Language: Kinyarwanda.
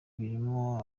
birimo